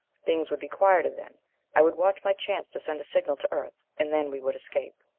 things would be quieter then i would watch my chance to send a signal to earth, and then we would escape.